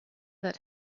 that